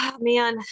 Man